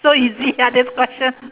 so easy ah this other question